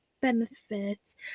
benefits